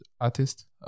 artist